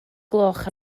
gloch